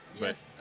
Yes